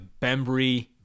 Bembry